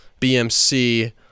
BMC